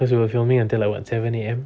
cause we were filming until like what seven A_M